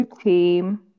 Team